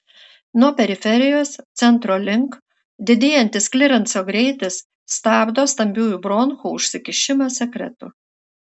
nuo periferijos centro link didėjantis klirenso greitis stabdo stambiųjų bronchų užsikišimą sekretu